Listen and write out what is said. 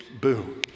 boom